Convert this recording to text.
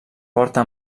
porta